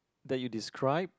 that you described